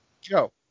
Joe